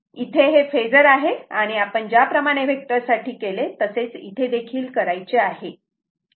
तर इथे हे फेजर आहे आणि आपण ज्या प्रमाणे वेक्टर साठी केले तसेच इथे देखील करायचे आहे